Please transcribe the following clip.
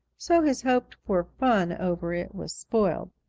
so his hoped-for fun over it was spoilt.